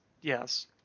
Yes